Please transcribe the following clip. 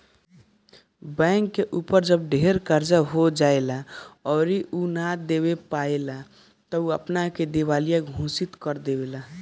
bank के ऊपर जब ढेर कर्जा हो जाएला अउरी उ ना दे पाएला त उ अपना के दिवालिया घोषित कर देवेला